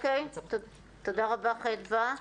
תודה רבה, חדוה.